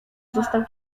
został